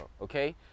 okay